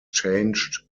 changed